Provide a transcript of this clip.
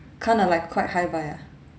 kind of like quite hi bye ah